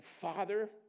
Father